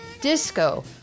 disco